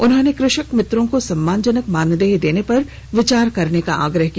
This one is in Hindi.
उन्होंने कृषक मित्रों को सम्मानजनक मानदेय देने पर विचार करने का आग्रह किया